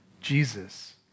Jesus